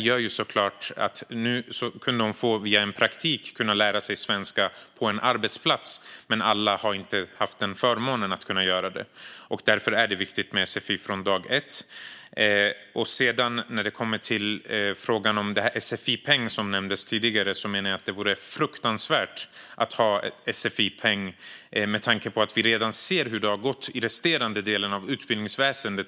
Nu kunde hon via sin praktik lära sig svenska på en arbetsplats i stället, men alla har inte haft förmånen att göra det. Därför är det viktigt med sfi från dag ett. När det sedan gäller frågan om en sfi-peng, vilket nämndes tidigare, menar jag att det vore fruktansvärt med tanke på att vi ser hur det har gått i resterande delen av utbildningsväsendet.